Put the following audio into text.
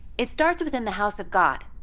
it starts within the house of god.